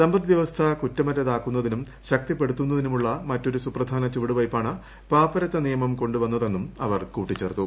സമ്പദ് വ്യവസ്ഥ കുറ്റമറ്റതാക്കുന്നുതീനൂർ ശക്തിപ്പെടുത്തുന്നതിനു മുള്ള മറ്റൊരു സുപ്രധാന ചുവടുവയ്പാണ് പ്രാപ്പരത്തനിയമം കൊണ്ടുവന്നതെന്നും അവർ കൂട്ടിച്ചേർത്തു